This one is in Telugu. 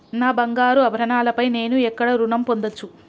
నా బంగారు ఆభరణాలపై నేను ఎక్కడ రుణం పొందచ్చు?